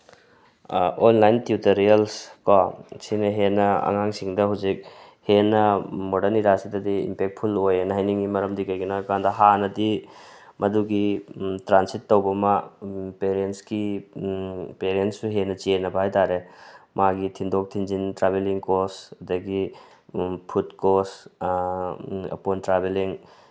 online ꯇ꯭ꯌꯨꯇꯔꯤꯌꯜꯁꯀꯣ ꯁꯤꯅ ꯍꯦꯟꯅ ꯑꯉꯥꯡꯁꯤꯡꯗ ꯍꯧꯖꯤꯛ ꯍꯦꯟꯅ ꯃꯣꯗꯔꯟ ꯏꯔꯥꯁꯤꯗꯗꯤ ꯏꯝꯄꯦꯛꯐꯨꯜ ꯑꯣꯏꯌꯦꯅ ꯍꯥꯏꯅꯤꯡꯉꯤ ꯃꯔꯝꯗꯤ ꯀꯩꯒꯤꯅꯣ ꯍꯥꯏꯕꯀꯥꯟꯗ ꯍꯥꯟꯅꯗꯤ ꯃꯗꯨꯒꯤ ꯇ꯭ꯔꯥꯟꯁꯤꯠ ꯇꯧꯕ ꯑꯃ ꯄꯦꯔꯦꯟꯁꯀꯤ ꯄꯦꯔꯦꯟꯁꯁꯨ ꯍꯦꯟꯅ ꯆꯦꯟꯅꯕ ꯍꯥꯏ ꯇꯥꯔꯦ ꯃꯥꯒꯤ ꯊꯤꯟꯗꯣꯛ ꯊꯤꯟꯖꯤꯟ ꯇ꯭ꯔꯥꯕꯦꯂꯤꯡ ꯀꯣꯁ ꯑꯗꯒꯤ ꯐꯨꯗ ꯀꯣꯁ ꯑꯄꯣꯟ ꯇ꯭ꯔꯥꯕꯦꯂꯤꯡ